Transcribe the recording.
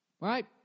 Right